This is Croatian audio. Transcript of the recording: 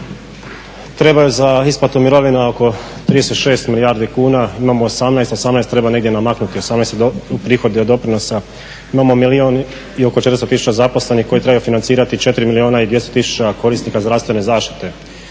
treba joj za isplatu mirovina oko 36 milijardi kuna, imamo 18, 18 treba negdje namaknuti. 18 su prihodi od doprinosa. Imamo milijun i oko 400 tisuća zaposlenih koji trebaju financirati 4 milijuna i 200 tisuća korisnika zdravstvene zaštite.